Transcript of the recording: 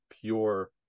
pure